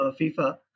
FIFA